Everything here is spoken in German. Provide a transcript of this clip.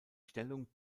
stellung